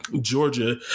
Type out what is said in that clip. Georgia